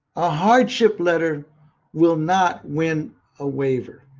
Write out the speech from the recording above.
a hardship letter will not win a waiver.